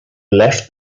left